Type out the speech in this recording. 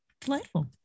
delightful